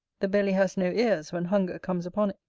the belly has no ears when hunger comes upon it.